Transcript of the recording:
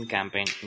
Campaign